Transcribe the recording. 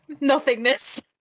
nothingness